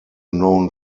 known